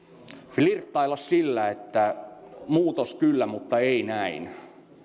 flirttailla sillä että muutos kyllä mutta ei näin